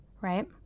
right